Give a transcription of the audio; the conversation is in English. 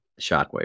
shockwave